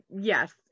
Yes